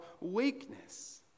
weakness